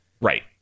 Right